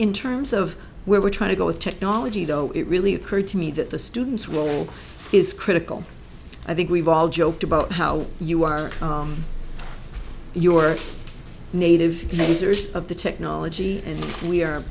in terms of where we're trying to go with technology though it really occurred to me that the students will is critical i think we've all joked about how you are you are native makers of the technology and we are